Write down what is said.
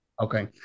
Okay